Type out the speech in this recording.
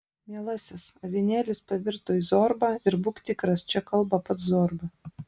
mielasis avinėlis pavirto į zorbą ir būk tikras čia kalba pats zorba